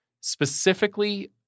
specifically